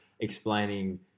explaining